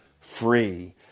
free